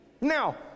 Now